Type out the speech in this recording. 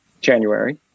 January